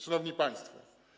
Szanowni Państwo!